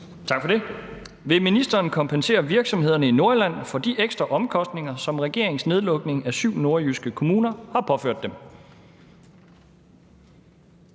Pedersen (V): Vil ministeren kompensere virksomhederne i Nordjylland for de ekstra omkostninger, som regeringens nedlukning af syv nordjyske kommuner har påført dem?